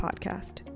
podcast